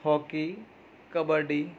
hockey kabaddi